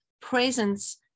presence